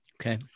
Okay